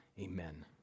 Amen